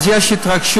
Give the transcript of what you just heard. אז יש התרגשות,